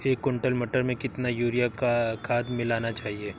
एक कुंटल मटर में कितना यूरिया खाद मिलाना चाहिए?